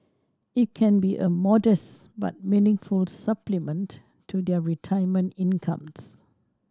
it can be a modest but meaningful supplement to their retirement incomes